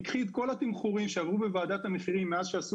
קחי את כל התמחורים שעברו בוועדת המחירים מאז שעשו